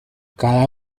cada